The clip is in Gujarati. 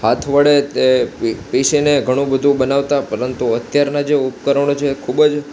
હાથ વડે તે પીસીને ઘણું બધું બનાવતા પરંતુ અત્યારના જે ઉપકરણો છે એ ખૂબજ